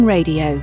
Radio